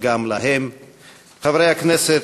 חברי הכנסת,